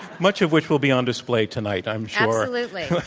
much of which will be on display tonight i'm sure. absolutely.